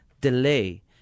delay